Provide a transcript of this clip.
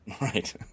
Right